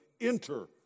enter